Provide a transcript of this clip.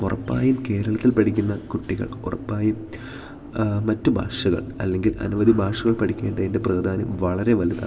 ഉറപ്പായും കേരളത്തിൽ പഠിക്കുന്ന കുട്ടികൾ ഉറപ്പായും മറ്റു ഭാഷകൾ അല്ലെങ്കിൽ അനവധി ഭാഷകൾ പഠിക്കേണ്ടതിൻ്റെ പ്രാധാന്യം വളരെ വലുതാണ്